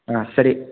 ಹಾಂ